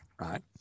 right